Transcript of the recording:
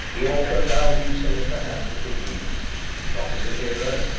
the author now leaves him in the hands of his readers not as a hero,